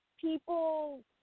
people